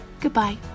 Goodbye